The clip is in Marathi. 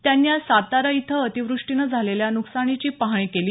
त्यांनी आज सातारा इथं अतिवृष्टीनं झालेल्या न्कसानीची पाहणी केली